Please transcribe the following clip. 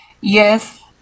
Yes